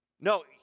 No